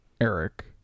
Eric